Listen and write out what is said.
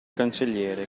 cancelliere